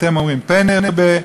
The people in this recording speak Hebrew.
אתם אומרים פן ירבה,